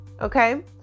Okay